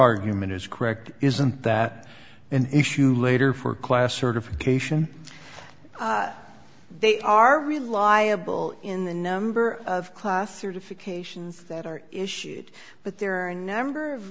argument is correct isn't that an issue later for class certification they are reliable in the number of class certifications that are issued but there are a number of